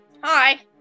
hi